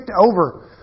over